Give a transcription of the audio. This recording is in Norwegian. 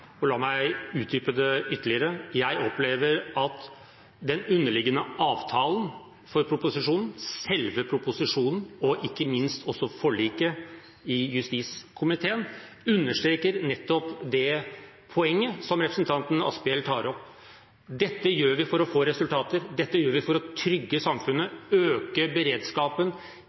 og la meg utdype det ytterligere: Jeg opplever at den underliggende avtalen for proposisjonen, selve proposisjonen og ikke minst forliket i justiskomiteen understreker nettopp det poenget som representanten Asphjell tar opp. Dette gjør vi for å få resultater, dette gjør vi for å trygge